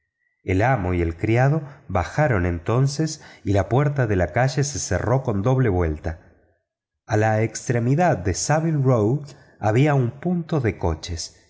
el amo y el criado bajaron entonces y la puerta de la calle se cerró con doble vuelta a la extremidad de saville row había un punto de coches